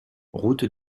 route